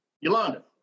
Yolanda